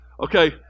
Okay